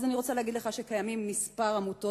אז אני רוצה להגיד לך שקיימים כמה עמותות